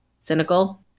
cynical